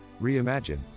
reimagine